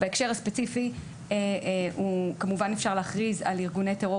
בהקשר הספציפי כמובן אפשר להכריז על ארגוני טרור